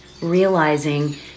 realizing